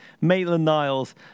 Maitland-Niles